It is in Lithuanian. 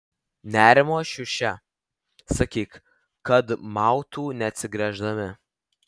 nerimo šiuša sakyk kad mautų neatsigręždami